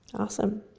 awesome.